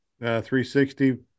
360